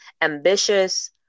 ambitious